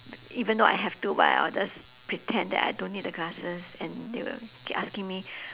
even though I have to but I will just pretend that I don't need the glasses and they will keep asking me